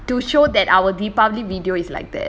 to show that our deepavali video is like that